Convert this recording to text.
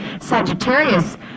Sagittarius